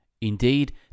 Indeed